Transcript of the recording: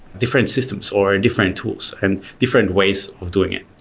different systems, or and different tools and different ways of doing it.